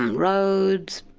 roads.